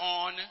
on